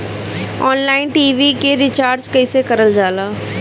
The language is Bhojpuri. ऑनलाइन टी.वी के रिचार्ज कईसे करल जाला?